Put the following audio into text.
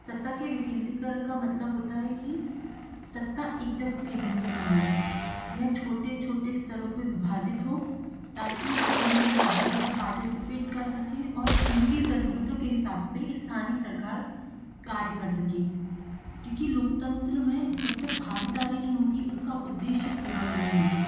सत्ता की विकेंद्रीकरण का मतलब होता है कि सत्ता एक जगह केंद्रित ना हो यह छोटे छोटे स्तरों पे विभाजित हो ताकि लोग ज़्यादा से ज़्यादा पार्टिसिपेट कर सकें और उनकी जरूरतों के हिसाब से स्थानीय सरकार कार्य कर सकें क्योंकि लोकतंत्र में जब तक भागीदारी नहीं होगी उसका उद्देश्य पूरा नहीं होगा